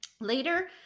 Later